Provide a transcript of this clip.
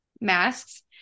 masks